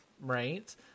right